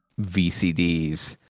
VCDs